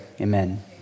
amen